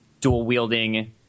dual-wielding